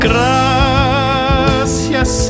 Gracias